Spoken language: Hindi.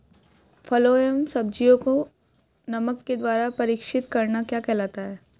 फलों व सब्जियों को नमक के द्वारा परीक्षित करना क्या कहलाता है?